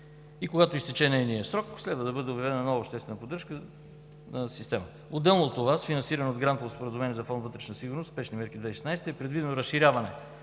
и когато изтече нейният срок, следва да бъде обявена обществена поръчка на системата. Отделно от това, с финансиране от Грантово споразумение на Фонд „Вътрешна сигурност – Спешни мерки, 2016“, е предвидено разширяване